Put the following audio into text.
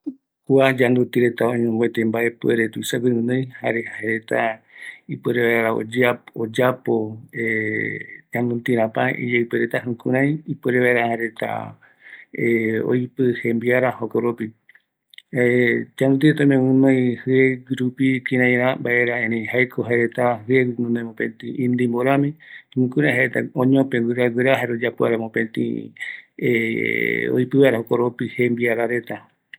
Yanduti reta öime guinoi mbaepuere oyapo vaera iyeɨpe oñope ipɨjara, jokoropi oipɨ vaera jembia, jaereta oime oyapo inimbo ikavigueva